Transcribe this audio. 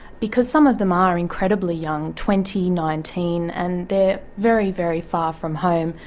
because some of them are incredibly young, twenty, nineteen, and they are very very far from home.